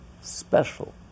special